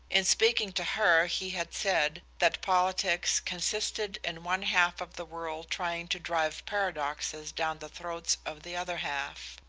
in speaking to her he had said that politics consisted in one half of the world trying to drive paradoxes down the throat of the other half.